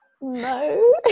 No